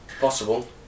Possible